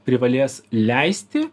privalės leisti